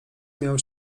miał